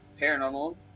paranormal